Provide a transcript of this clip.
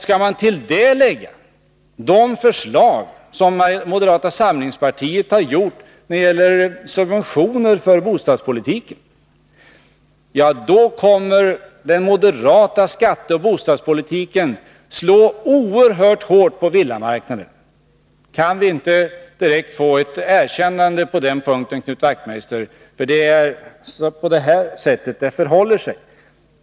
Skall man till detta lägga de förslag som moderata samlingspartiet har framfört när det gäller subventioner inom bostadspolitiken, kommer den moderata skatteoch bostadspolitiken att slå oerhört hårt på villamarknaden. Kan vi inte direkt få ett erkännande på den punkten, Knut Wachtmeister? Det förhåller sig ju så.